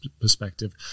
perspective